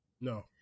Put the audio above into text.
no